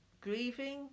grieving